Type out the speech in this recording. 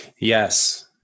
Yes